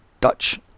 Dutch